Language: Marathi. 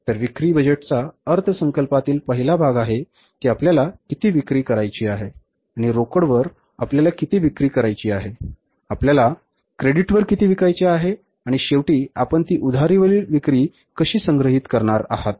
तर विक्री बजेटचा अर्थसंकल्पातील पहिला भाग आहे की आपल्याला किती विक्री करायची आहे आणि रोकड वर आपल्याला किती विक्री करायची आहे आपल्याला आपल्याला क्रेडिटवर किती विकायचे आहे आणि शेवटी आपण ती उधारीवरिल विक्री कशी संग्रहित करणार आहात